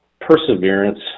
perseverance